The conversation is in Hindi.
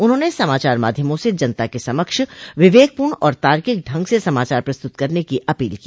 उन्होंने समाचार माध्यमों से जनता के समक्ष विवेकपूण और तार्किक ढंग से समाचार प्रस्तुत करने की अपील की